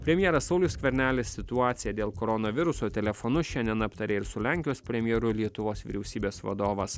premjeras saulius skvernelis situaciją dėl koronaviruso telefonu šiandien aptarė ir su lenkijos premjeru lietuvos vyriausybės vadovas